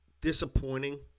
disappointing